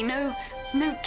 No,no